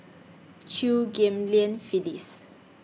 Chew Ghim Lian Phyllis